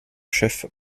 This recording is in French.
chef